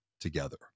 together